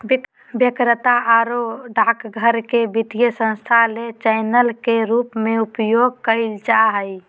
विक्रेता आरो डाकघर के वित्तीय संस्थान ले चैनल के रूप में उपयोग कइल जा हइ